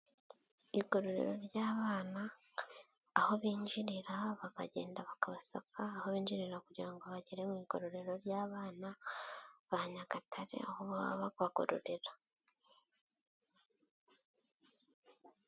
Igororero ry'abana, aho binjirira bakagenda bakabasaka, aho binjira kugira ngo bagere mu igororero ry'abana ba Nyagatare aho baba babagororera.